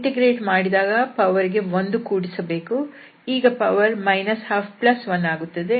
integrate ಮಾಡಿದಾಗ ಘಾತಕ್ಕೆ 1 ಕೂಡಿಸಬೇಕು ಈಗ ಘಾತ 121ಆಗುತ್ತದೆ